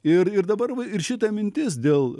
ir ir dabar va ir šita mintis dėl